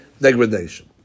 degradation